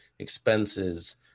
expenses